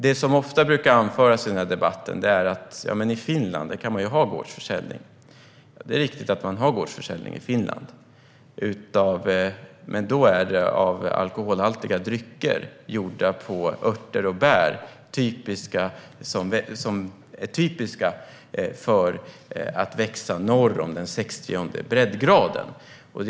Det som ofta brukar anföras i debatten är: Ja, men i Finland kan man ju ha gårdsförsäljning. Det är riktigt att man har gårdsförsäljning i Finland, men då är det alkoholhaltiga drycker gjorda på örter och bär som är typiska för att växa norr om den 60:e breddgraden.